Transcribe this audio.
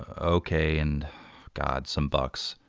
ok. and god, some bucks,